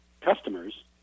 customers